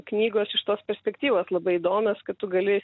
knygos iš tos perspektyvos labai įdomios kad tu gali